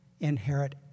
inherit